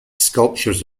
sculptures